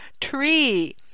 tree